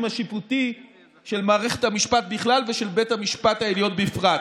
השיפוטי של מערכת המשפט בכלל ושל בית המשפט העליון בפרט.